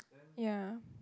ya